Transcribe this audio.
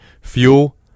Fuel